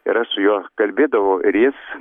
ir aš su juo kalbėdavau ir jis